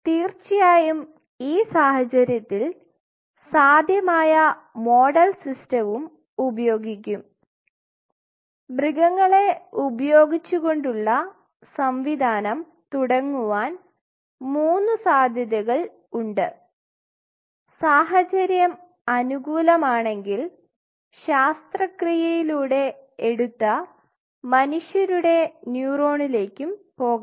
തീർച്ചയായും ഈ സാഹചര്യത്തിൽ സാധ്യമായ മോഡൽ സിസ്റ്റവും ഉപയോഗിക്കും മൃഗങ്ങളെ ഉപയോഗിച്ചുകൊണ്ടുള്ള സംവിധാനം തുടങ്ങുവാൻ മൂന്ന് സാധ്യതകൾ ഉണ്ട് സാഹചര്യം അനുകൂലമാണെങ്കിൽ ശാസ്ത്രകൃയയിലൂടെ എടുത്ത മനുഷ്യരുടെ ന്യൂറോണിലേക്കും പോകാം